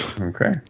okay